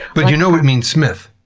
but you know it means smith?